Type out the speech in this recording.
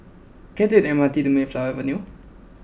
can I take the M R T to Mayflower Avenue